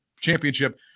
Championship